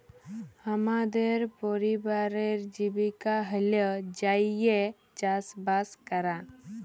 হামদের পরিবারের জীবিকা হল্য যাঁইয়ে চাসবাস করা